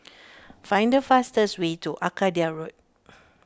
find the fastest way to Arcadia Road